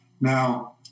Now